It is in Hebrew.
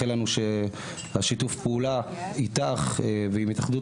אני מאחל לנו ששיתוף הפעולה איתך ועם התאחדות